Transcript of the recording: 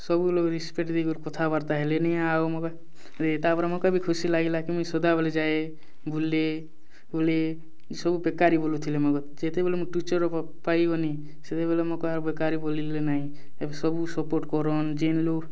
ସବୁ ଲୋକ୍ ରେସପେକ୍ଟ୍ ଦେଇକରି କଥାବାର୍ତ୍ତା ହେଲେ ନେ ଆଉ ମୋକେ ତା'ର୍ପରେ ମୋକେ ବି ଖୁସି ଲାଗିଲା ମୁଇଁ ସଦାବେଲେ ଯାଏ ବୁଲେ ଖୁଲେ ସବୁ ବେକାରୀ ବୋଲୁଥିଲେ ମୋକେ ଯେତେବେଲେ ମୁଁ ଟିଚର୍ ପାଇଗଲି ସେତେବେଲେ ମୋକେ ଆର୍ ବେକାରୀ ବୋଲିଲେ ନାଇଁ ଏବେ ସବୁ ସପୋର୍ଟ୍ କରନ୍ ଯେନ୍ ଲୋକ୍